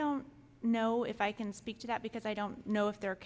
don't know if i can speak to that because i don't know if the